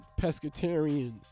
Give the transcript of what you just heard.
pescatarian